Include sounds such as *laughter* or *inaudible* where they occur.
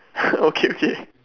*laughs* okay okay